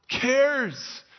cares